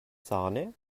sahne